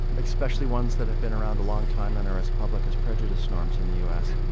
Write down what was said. especially ones that have been around a long time and are as public as prejudice norms in the u s.